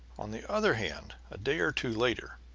on the other hand, a day or two later,